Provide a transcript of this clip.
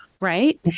right